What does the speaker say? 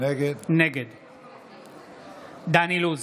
נגד דן אילוז,